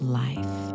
life